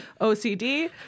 OCD